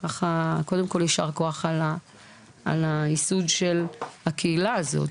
קודם כל יישר כוח על הייסוד של הקהילה הזאת.